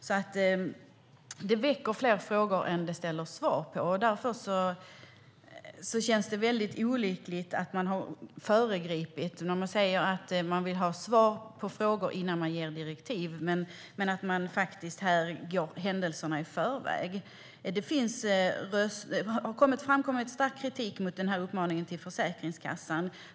Som jag sa väcker detta fler frågor än det besvarar, och därför är det väldigt olyckligt när man säger att man vill ha svar på frågor innan man ger direktiv, fast man faktiskt går händelserna i förväg. Det har framkommit stark kritik mot den här uppmaningen till Försäkringskassan.